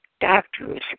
doctors